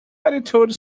attitude